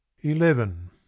eleven